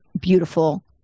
beautiful